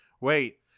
wait